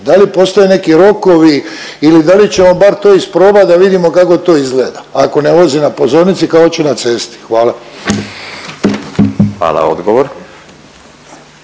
da li postoje neki rokovi ili da li ćemo bar to isprobat da vidimo kako to izgleda, ako ne vozi na pozornici kako će na cesti? Hvala. **Radin,